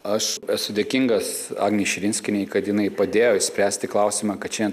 aš esu dėkingas agnei širinskienei kad jinai padėjo išspręsti klausimą kad šiandien